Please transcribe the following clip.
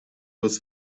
was